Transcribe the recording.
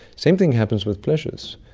same thing happens with pleasures,